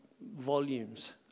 volumes